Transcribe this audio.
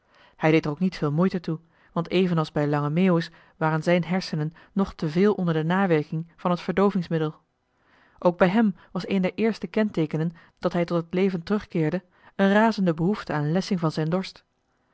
hij deed er ook niet veel moeite toe want evenals bij lange meeuwis waren zijn hersenen nog te veel onder de nawerking van het verdoovingsmiddel ook bij hem was een der eerste kenteekenen dat hij tot het leven terugkeerde een razende behoefte aan lessching van zijn dorst